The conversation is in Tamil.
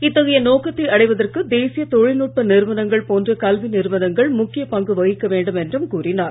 இத்தகைய நோக்கத்தை அடைவதற்கு தேசிய தொழில்நுட்ப நிறுவனங்கள் போன்ற கல்வி நிறுவனங்கள் முக்கிய பங்கு வகிக்க வேண்டும் என்றும் கூறினார்